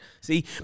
See